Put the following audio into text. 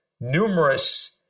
numerous